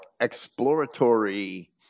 exploratory